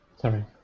Sorry